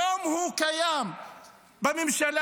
היום הוא קיים בממשלה,